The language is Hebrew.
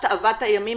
שעבדת לילות כימים